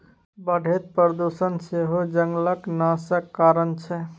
बढ़ैत प्रदुषण सेहो जंगलक नाशक कारण छै